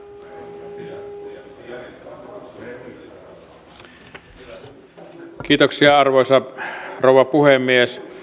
arvoisa rouva puhemies